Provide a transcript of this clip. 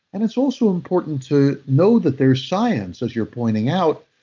and it's also important to know that there's science, as you're pointing out,